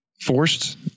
forced